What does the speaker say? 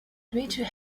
dmitry